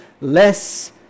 less